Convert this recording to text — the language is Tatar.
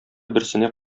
берсенә